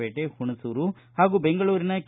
ಪೇಟೆ ಹುಣಸೂರು ಹಾಗೂ ಬೆಂಗಳೂರಿನ ಕೆ